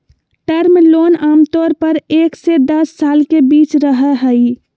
term loan आमतौर पर एक से दस साल के बीच रहय हइ